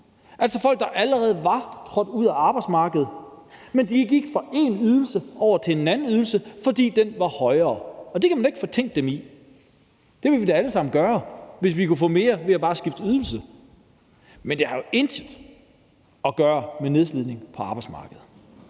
altså folk, der allerede var trådt ud af arbejdsmarkedet. Men de gik fra én ydelse over til en anden ydelse, fordi den var højere, og det kan man jo ikke fortænke dem i, og det ville vi da alle sammen gøre, hvis vi kunne få mere ved bare at skifte ydelse. Men det har jo intet med nedslidning på arbejdsmarkedet